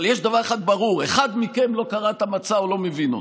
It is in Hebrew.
אבל יש דבר אחד ברור: אחד מכם לא קרא את המצע או לא מבין אותו.